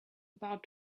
about